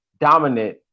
dominant